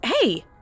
Hey